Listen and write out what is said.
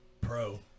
pro